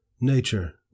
Nature